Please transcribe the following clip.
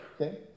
Okay